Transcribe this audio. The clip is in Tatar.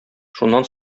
шуннан